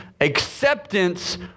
acceptance